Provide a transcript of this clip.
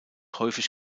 häufig